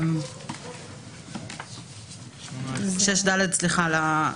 ולא לגבי "שמירה על התקינות,